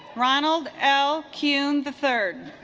ronald l kuhn the third